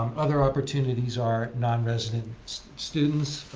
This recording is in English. um other opportunities are non-resident students,